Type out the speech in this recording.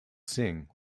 sing